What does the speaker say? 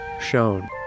shown